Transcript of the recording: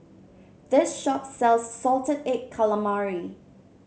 this shop sells Salted Egg Calamari